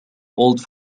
old